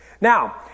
Now